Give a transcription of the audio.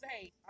say